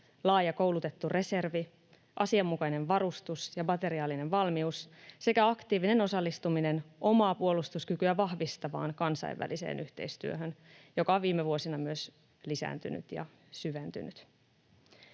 laaja koulutettu reservi, asianmukainen varustus ja materiaalinen valmius sekä aktiivinen osallistuminen omaa puolustuskykyä vahvistavaan kansainväliseen yhteistyöhön, joka on viime vuosina myös lisääntynyt ja syventynyt.